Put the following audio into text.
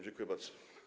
Dziękuję bardzo.